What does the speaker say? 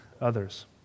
others